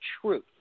truth